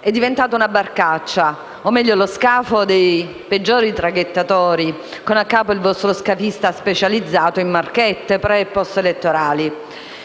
è diventato una barcaccia, o meglio lo scafo dei peggiori traghettatori con a capo il vostro scafista specializzato in marchette preelettorali e postelettorali.